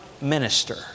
minister